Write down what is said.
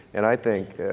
and i think,